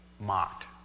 mocked